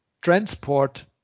transport